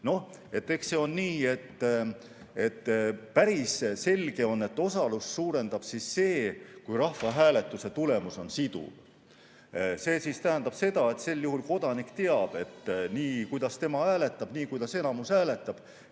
Eks see ole päris selge, et osalust suurendab see, kui rahvahääletuse tulemus on siduv. See tähendab seda, et sel juhul kodanik teab, et nii, kuidas tema hääletab, nii, kuidas enamus hääletab,